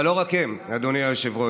אבל לא רק הם, אדוני היושב-ראש.